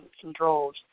controls